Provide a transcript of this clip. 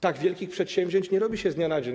Tak wielkich przedsięwzięć nie robi się z dnia na dzień.